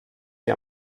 wie